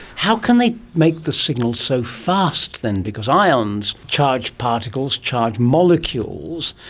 how can they make the signals so fast then? because ions, charged particles, charged molecules,